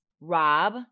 Rob